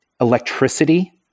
electricity